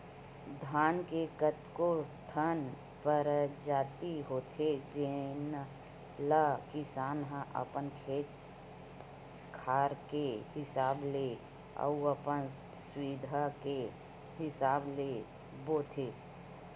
धान के कतको ठन परजाति होथे जेन ल किसान ह अपन खेत खार के हिसाब ले अउ अपन सुबिधा के हिसाब ले बोथे